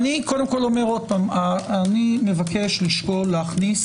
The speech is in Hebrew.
שוב אי מבקש לשקול להכניס